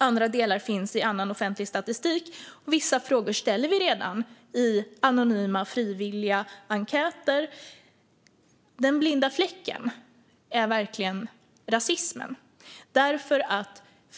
Andra delar finns i annan offentlig statistik, och vissa frågor ställer vi i anonyma, frivilliga enkäter. Den blinda fläcken är verkligen rasismen.